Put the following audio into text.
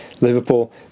Liverpool